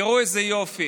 תראו איזה יופי,